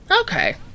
Okay